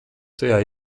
tajā